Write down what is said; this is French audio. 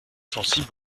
sensible